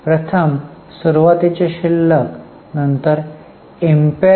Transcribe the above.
प्रथम सुरुवातीचे शिल्लक नंतर